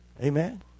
Amen